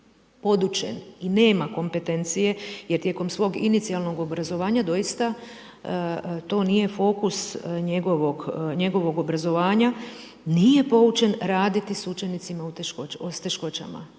podučen i nema kompetencije jer tijekom svog inicijalnog obrazovanja doista to nije fokus njegovog obrazovanja, nije poučen raditi s učenicama s teškoćama.